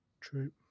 True